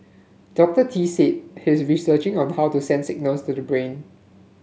Doctor Tee said he is researching on how to send signals to the brain